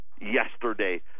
yesterday